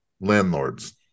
landlords